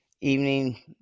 evening